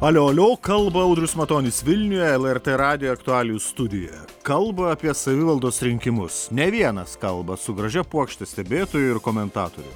alio alio kalba audrius matonis vilniuje lrt radijo aktualijų studijoje kalba apie savivaldos rinkimus ne vienas kalba su gražia puokšte stebėtojų ir komentatorių